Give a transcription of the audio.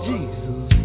Jesus